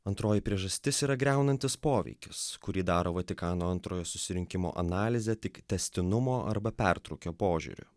antroji priežastis yra griaunantis poveikis kurį daro vatikano antrojo susirinkimo analizė tik tęstinumo arba pertrūkio požiūriu